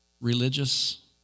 religious